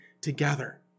together